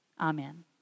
Amen